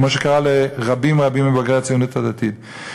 כמו שקרה לרבים רבים מבוגרי הציונות הדתית.